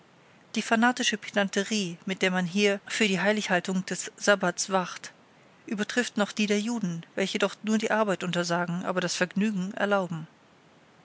die fanatische pedanterie mit der man hier für die heilighaltung des sabbats wacht übertrifft noch die der juden welche doch nur die arbeit untersagen aber das vergnügen erlauben